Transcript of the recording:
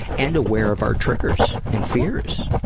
and aware of our triggers and fears.